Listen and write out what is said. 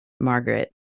margaret